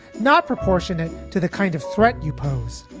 not proportionate to the kind of threat you pose